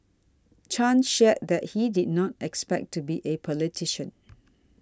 Chan shared that he did not expect to be a politician